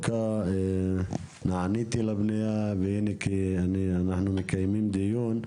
רבין, נעניתי לפנייה והנה אנחנו מקיימים דיון.